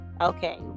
okay